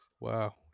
Wow